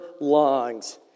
lungs